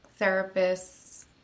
therapists